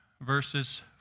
verses